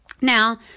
Now